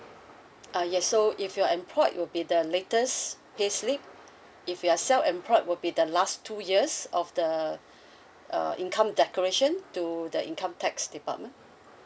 uh yes so if you're employed will be the latest payslip if you are self employed will be the last two years of the uh income declaration to the income tax department